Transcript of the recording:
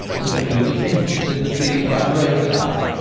so, too, the finches in the trees by the roadside.